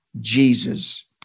Jesus